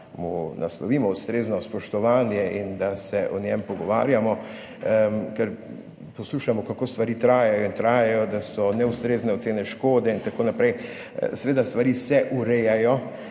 mu naslovimo ustrezno spoštovanje in da se o njem pogovarjamo. Ker poslušamo, kako stvari trajajo in trajajo, da so neustrezne ocene škode in tako naprej. Seveda, stvari se urejajo